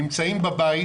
נמצאים בבית.